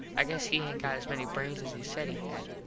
i guess he aint got as many brains as he said he had.